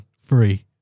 free